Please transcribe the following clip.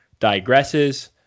digresses